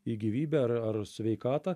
į gyvybę ar ar sveikatą